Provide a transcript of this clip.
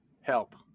Help